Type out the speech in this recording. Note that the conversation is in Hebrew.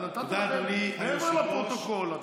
נתתי לכם מעבר לפרוטוקול.